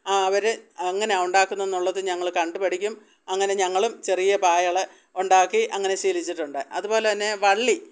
അവർ അങ്ങനെയാണ് ഉണ്ടാക്കുന്നത് എന്നുള്ളത് ഞങ്ങൾ കണ്ടു പഠിക്കും അങ്ങനെ ഞങ്ങളും ചെറിയ പായകൾ ഉണ്ടാക്കി അങ്ങനെ ശീലിച്ചിട്ടുണ്ട് അതുപോലെ തന്നെ വള്ളി